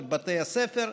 את בתי הספר,